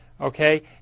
okay